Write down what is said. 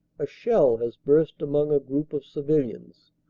a shell has burst among a group of civilians.